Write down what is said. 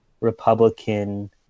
Republican